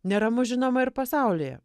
neramu žinoma ir pasaulyje